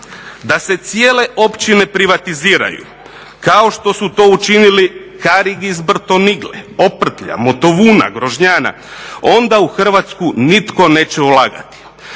da se cijele općine privatiziraju kao što su to učinili Karig iz Brtonigle, Oprtlja, Motovuna, Grožnjanja onda u Hrvatsku nitko neće ulagati.